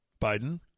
Biden